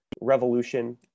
revolution